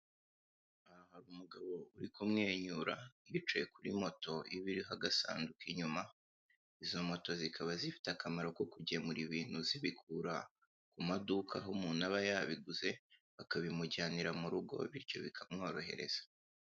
Aha hari umugabo uri kumwenyura wicaye kuri moto ibi iriho agasanduku inyuma, izo moto zikaba zifite akamaro ko kugemura ibintu zibikura ku maduka aho umuntu aba yabiguze, bakabimujyanira mu rugo bityo bikamworohereza.